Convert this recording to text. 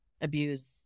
abuse